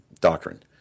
doctrine